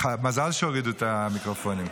מזל שהורידו את המיקרופונים.